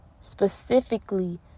specifically